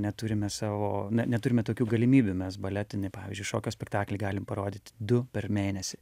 neturime savo neturime tokių galimybių mes baletinį pavyzdžiui šokio spektaklį galim parodyti du per mėnesį